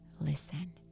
listen